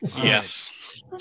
yes